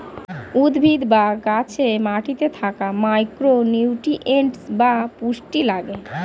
উদ্ভিদ বা গাছে মাটিতে থাকা মাইক্রো নিউট্রিয়েন্টস বা পুষ্টি লাগে